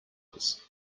oars